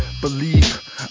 Believe